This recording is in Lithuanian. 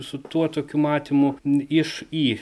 su tuo tokiu matymu iš į